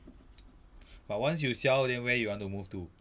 but once you sell then where you want to move to